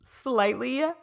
slightly